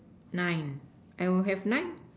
nine I would have nine